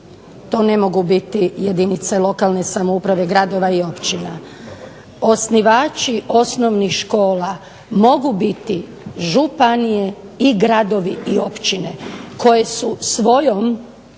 to ne mogu biti jedinice lokalne samouprave, gradova i općina. Osnivači osnovnih škola mogu biti županije i gradovi i općine koji su svojom